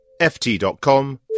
ft.com